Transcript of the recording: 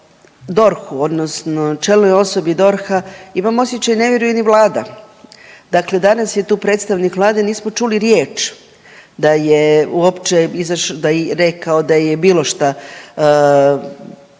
DORH-u odnosno čelnoj osobi DORH-a ima osjećaj ne vjeruje ni vlada. Dakle, danas je tu predstavnik vlade nismo čuli riječ da je uopće izašao, da je rekao